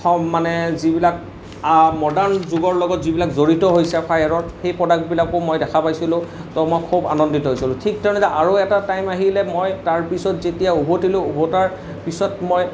সম মানে যিবিলাক মডাৰ্ণ যুগৰ লগত যিবিলাক জড়িত হৈছে ফায়াৰত সেই প্ৰডাক্টবিলাকো মই দেখা পাইছিলোঁ মই খুব আনন্দিত হৈছিলোঁ ঠিক তেনেদৰে আৰু এটা টাইম আহিলে মই তাৰ পিছত যেতিয়া উভতিলোঁ উভতাৰ পিছত মই